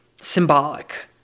symbolic